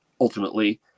ultimately